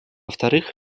вторых